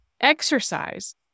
exercise